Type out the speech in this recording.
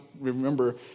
remember